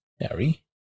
Harry